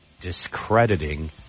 discrediting